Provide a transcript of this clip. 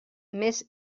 més